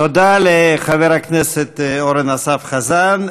תודה לחבר הכנסת אורן אסף חזן.